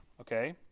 okay